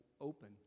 open